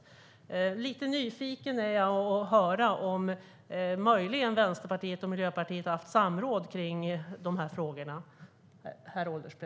Jag är lite nyfiken att höra om Vänsterpartiet och Miljöpartiet möjligen har haft samråd kring dessa frågor.